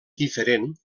diferent